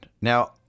Now